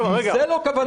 אם זו לא כוונת המחוקק,